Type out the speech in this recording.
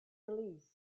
released